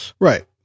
Right